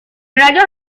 rayos